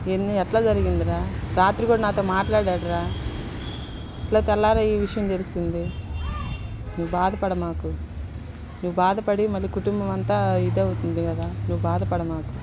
ఏంది ఎట్ల జరిగిందిరా రాత్రి కూడా నాతో మాట్లాడినాడు రా ఇట్ల తెల్లారి ఈ విషయం తెలిసింది నువ్వు బాధ పడమాకు నువ్వు బాధపడి మళ్ళీ కుటుంబమ అంతా ఇది అవుతుంది కదా నువ్వు బాధ పడమాకు